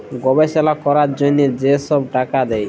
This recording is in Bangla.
গবেষলা ক্যরার জ্যনহে যে ছব টাকা দেয়